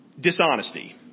dishonesty